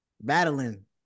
Battling